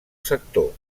sector